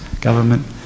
government